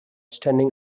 standing